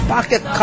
Pocket